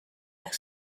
ehk